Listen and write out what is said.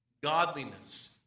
Godliness